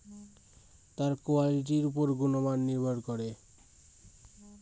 ফসল কাটার উপর কিভাবে ফসলের গুণমান নির্ভর করে?